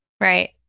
Right